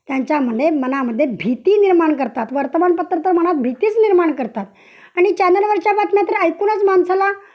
त्यांच्यामध्ये मनामध्ये भीती निर्माण करतात वर्तमानपत्र तर मनात भीतीच निर्माण करतात आणि चॅनलवरच्या बातम्या तर ऐकूनच माणसाला